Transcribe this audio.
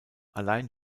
allein